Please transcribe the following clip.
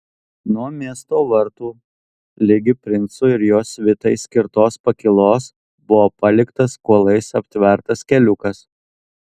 nuo miesto vartų ligi princui ir jo svitai skirtos pakylos buvo paliktas kuolais aptvertas keliukas